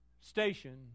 station